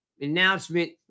announcement